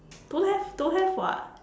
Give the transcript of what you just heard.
don't have don't have [what]